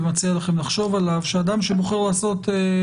מציע לכם לחשוב עליו שאדם שבוחר לעשות,